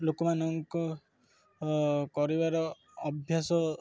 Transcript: ଲୋକମାନଙ୍କୁ କରିବାର ଅଭ୍ୟାସ